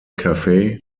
cafe